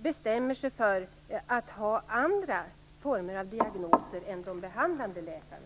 bestämmer sig för att ha andra former av diagnoser än de behandlande läkarna?